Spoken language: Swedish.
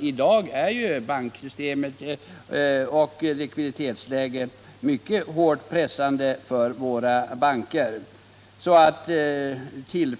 I dag är ju likviditetsläget mycket pressande för våra banker, och då kan det väl